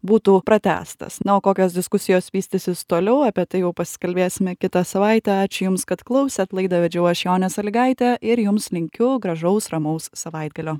būtų pratęstas na o kokios diskusijos vystysis toliau apie tai jau pasikalbėsime kitą savaitę ačiū jums kad klausėt laidą vedžiau aš jo jonė sąlygaitė ir jums linkiu gražaus ramaus savaitgalio